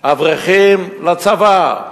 "אברכים, לצבא.